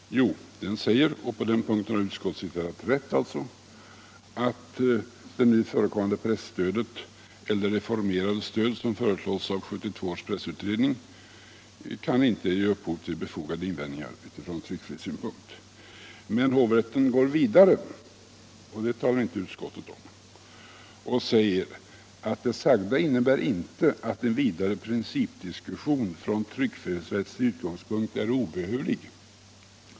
Jo, hovrätten skriver — och på den punkten har utskottet citerat rätt — att det nu förekommande presstödet eller det reformerade stöd som föreslås av 1972 års pressutredning inte kan ge upphov till några befogade invändningar från tryckfrihetssynpunkt. Men hovrätten går vidare, och det säger utskottet ingenting om, och skriver följande: ”Det sagda innebär emellertid inte att en vidare principdiskussion från tryckfrihetsrättslig utgångspunkt är obehövlig.